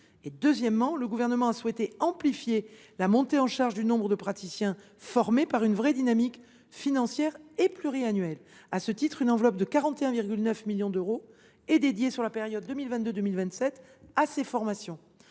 Deuxièmement, le Gouvernement a souhaité amplifier la montée en charge du nombre de praticiens formés une réelle dynamique financière et pluriannuelle. Ainsi une enveloppe de 41,9 millions d’euros est elle allouée à ces formations